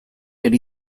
ari